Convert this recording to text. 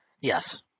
Yes